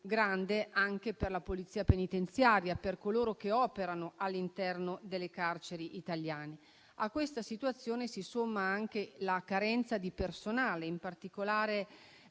grande anche per la Polizia penitenziaria, per coloro che operano all'interno delle carceri italiane. A questa situazione si somma anche la carenza di personale. In particolare,